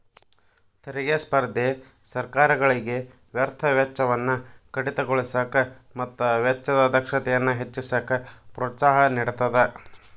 ತೆರಿಗೆ ಸ್ಪರ್ಧೆ ಸರ್ಕಾರಗಳಿಗೆ ವ್ಯರ್ಥ ವೆಚ್ಚವನ್ನ ಕಡಿತಗೊಳಿಸಕ ಮತ್ತ ವೆಚ್ಚದ ದಕ್ಷತೆಯನ್ನ ಹೆಚ್ಚಿಸಕ ಪ್ರೋತ್ಸಾಹ ನೇಡತದ